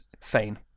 Fane